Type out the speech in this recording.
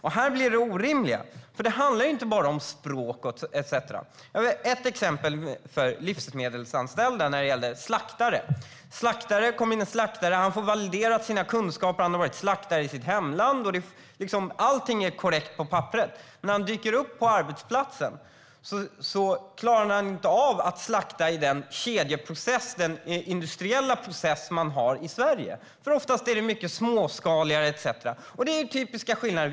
Det här är det orimliga, för det handlar inte bara om språk etcetera. Jag har ett exempel som gäller livsmedelsanställda, nämligen slaktare. Det kommer in en slaktare, och han får sina kunskaper validerade. Han har varit slaktare i sitt hemland, och allting är korrekt på papperet. Men när han dyker upp på arbetsplatsen klarar han inte av att slakta i den kedjeprocess, den industriella process, vi har i Sverige. Oftast är det nämligen mycket småskaligare etcetera. Det är typiska skillnader.